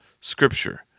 Scripture